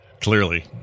clearly